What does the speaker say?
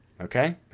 Okay